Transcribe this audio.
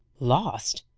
lost!